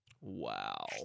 Wow